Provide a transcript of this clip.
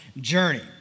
journey